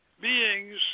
beings